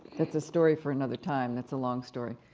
that's a story for another time, that's a long story.